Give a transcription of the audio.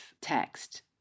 text